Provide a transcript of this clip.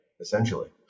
essentially